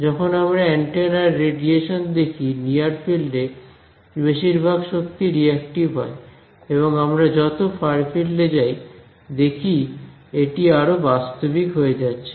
যখন আমরা এন্টেনার রেডিয়েশন দেখি নিয়ার ফিল্ডে বেশিরভাগ শক্তি রিয়াক্টিভ হয় এবং আমরা যত ফার ফিল্ডে যাই দেখি এটি আরো বাস্তবিক হয়ে যাচ্ছে